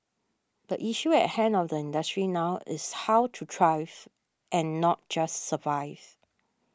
the issue at hand of the industry now is how to thrive and not just survive